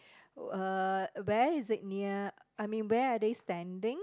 uh where is it near I mean where are they standing